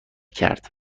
کرد